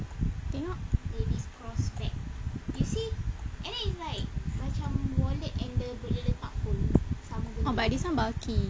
tengok oh but this [one] bulky